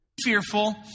Fearful